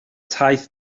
taith